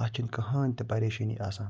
اَتھ چھَنہٕ کٕہۭنۍ تہٕ پریشٲنی آسان